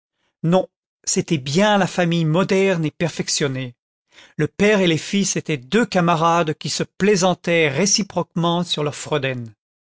non c'était bien la famille moderne et perfectionnée le père et le fils étaient deux camarades qui se plaisantaient réciproquement sur leurs